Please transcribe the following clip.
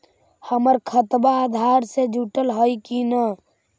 हमर खतबा अधार से जुटल हई कि न?